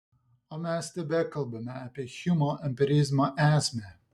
o mes tebekalbame apie hjumo empirizmo esmę